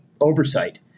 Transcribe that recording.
oversight